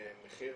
מחיר